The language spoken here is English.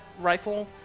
rifle